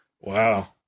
wow